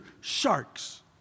Sharks